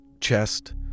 chest